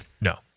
No